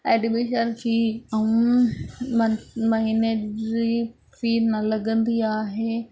admission fee ऐं म महीने जी फी फी न लॻंदी आहे